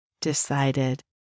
decided